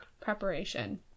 preparation